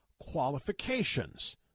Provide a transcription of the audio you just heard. qualifications